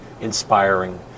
inspiring